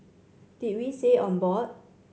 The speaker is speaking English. did we say on board